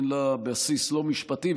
אין לה בסיס משפטי,